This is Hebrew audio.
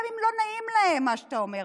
גם אם לא נעים להם מה שאתה אומר,